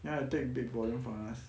then will take big volume for us